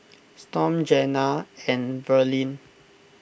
Storm Jena and Verlene